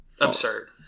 absurd